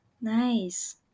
Nice